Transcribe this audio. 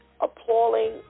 appalling